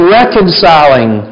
reconciling